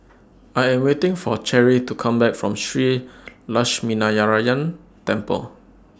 I Am waiting For Cherrie to Come Back from Shree Lakshminarayanan Temple